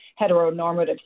heteronormative